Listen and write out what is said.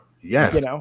Yes